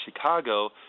Chicago